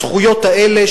הזכויות האלה,